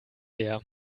leer